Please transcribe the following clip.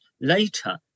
later